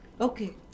Okay